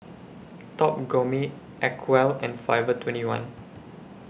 Top Gourmet Acwell and Forever twenty one